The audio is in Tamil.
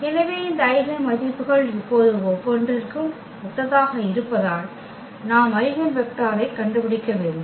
எனவே இந்த ஐகென் மதிப்புகள் இப்போது ஒவ்வொன்றிற்கும் ஒத்ததாக இருப்பதால் நாம் ஐகென் வெக்டரைக் கண்டுபிடிக்க வேண்டும்